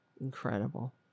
Incredible